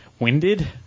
winded